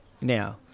now